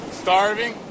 starving